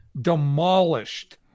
demolished